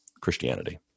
Christianity